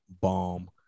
bomb